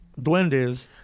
duendes